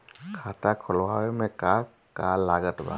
खाता खुलावे मे का का लागत बा?